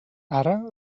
ara